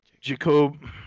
Jacob